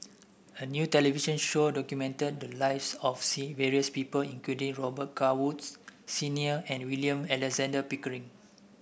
a new television show documented the lives of C various people including Robet Carr Woods Senior and William Alexander Pickering